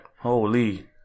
Holy